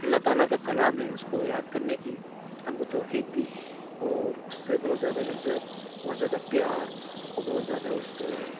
اللہ تعالیٰ کا کلام ہے اس کو یاد کرنے کی ہم کو توفیق دی اور اس سے بہت زیادہ عزت بہت زیادہ پیار اور بہت زیادہ اس سے